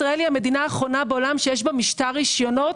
ישראל היא המדינה האחרונה בעולם שיש בה משטר רשיונות.